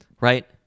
right